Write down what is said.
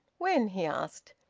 when? he asked.